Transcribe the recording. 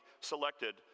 selected